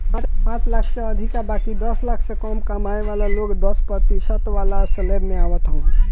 पांच लाख से अधिका बाकी दस लाख से कम कमाए वाला लोग दस प्रतिशत वाला स्लेब में आवत हवन